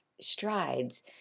strides